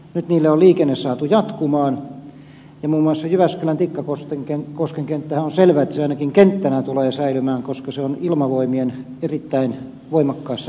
nyt niille on liikenne saatu jatkumaan ja muun muassa jyväskylän tikkakosken kenttähän on selvä että se ainakin kenttänä tulee säilymään koska se on ilmavoimien erittäin voimakkaassa käytössä